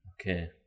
Okay